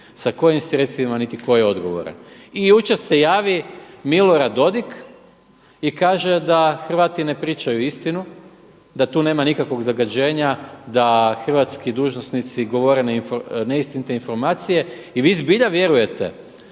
kojim sredstvima, niti tko je odgovoran. I jučer se javi Milorad Dodig i kaže da Hrvati ne pričaju istinu, da tu nema nikakvog zagađenja, da hrvatski dužnosnici govore neistinite informacije. I vi zbilja vjerujete da